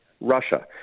Russia